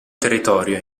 territorio